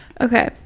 okay